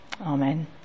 Amen